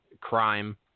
crime